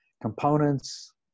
components